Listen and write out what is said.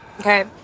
okay